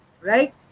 right